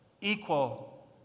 equal